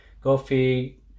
coffee